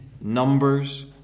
numbers